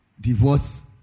divorce